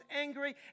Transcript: angry